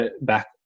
back